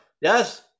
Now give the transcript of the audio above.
yes